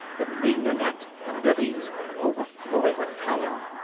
the mignonette, the lilies, are overflowing with pollen.